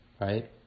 right